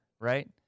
right